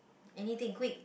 anything quick